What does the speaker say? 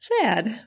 Sad